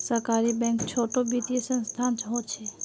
सहकारी बैंक छोटो वित्तिय संसथान होछे